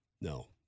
No